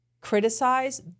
criticize